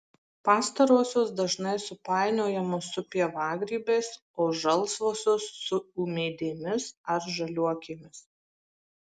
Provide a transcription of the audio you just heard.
pastarosios dažnai supainiojamos su pievagrybiais o žalsvosios su ūmėdėmis ar žaliuokėmis